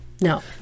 No